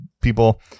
people